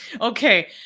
Okay